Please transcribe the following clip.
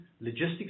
logistics